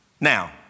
Now